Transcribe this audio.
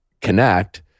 connect